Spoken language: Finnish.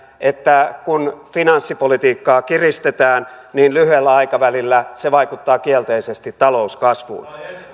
että kun finanssipolitiikkaa kiristetään niin lyhyellä aikavälillä se vaikuttaa kielteisesti talouskasvuun